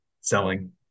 selling